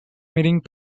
meeting